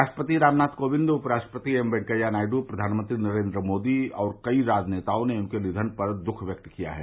राष्ट्रपति रामनाथ कोविंद उप राष्ट्रपति एम वेंकैया नायडू प्रधानमंत्री नरेन्द्र मोदी और कई राजनेताओं ने उनके निधन पर दुरूख व्यक्त किया है